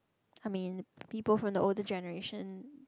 I mean people from the older generation they